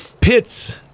pits